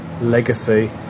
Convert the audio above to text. Legacy